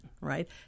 Right